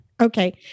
Okay